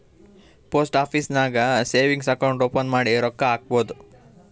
post office ನಾಗ್ savings account open ಮಾಡಿ ರೊಕ್ಕಾ ಹಾಕ್ಬೋದ್